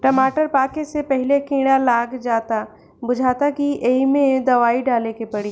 टमाटर पाके से पहिले कीड़ा लाग जाता बुझाता कि ऐइमे दवाई डाले के पड़ी